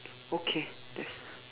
okay that's